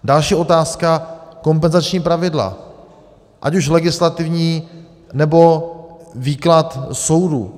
Další otázka kompenzační pravidla, ať už legislativní, nebo výklad soudu.